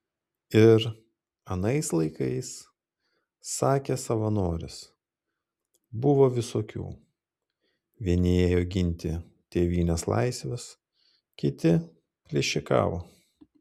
ir anais laikais sakė savanoris buvo visokių vieni ėjo ginti tėvynės laisvės kiti plėšikavo